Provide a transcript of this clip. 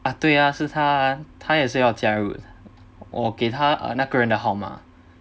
对啊是他啊他也是要加入我给他那个人的号码